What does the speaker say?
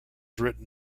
written